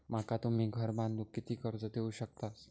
माका तुम्ही घर बांधूक किती कर्ज देवू शकतास?